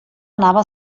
anava